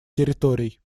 территорий